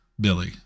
Billy